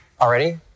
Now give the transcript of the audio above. already